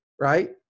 right